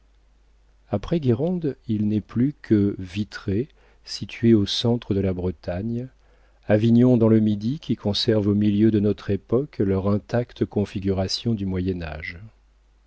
après guérande il n'est plus que vitré situé au centre de la bretagne avignon dans le midi qui conservent au milieu de notre époque leur intacte configuration du